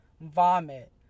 vomit